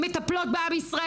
מטפלות בעם ישראל.